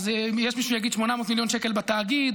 אז יש מי שיגיד 800 מיליון שקלים בתאגיד,